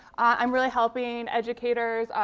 i'm really helping educators,